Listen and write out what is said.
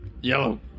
Yellow